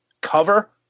cover